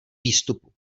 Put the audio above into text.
výstupu